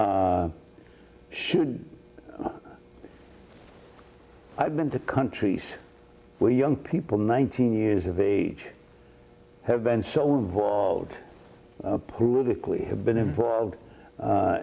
place should i've been to countries where young people nineteen years of age have been so involved politically have been involved